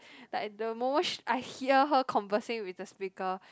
like the moment she I hear her conversing with the speaker